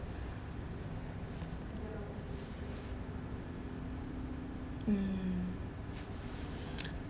mm